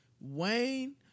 Wayne